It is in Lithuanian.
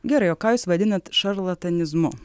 gerai o ką jūs vadinat šarlatanizmu